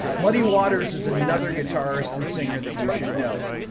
muddy waters is another guitarist and singer that you should know.